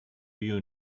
you